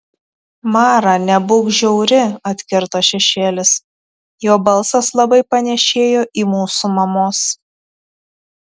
mara nebūk žiauri atkirto šešėlis jo balsas labai panėšėjo į mūsų mamos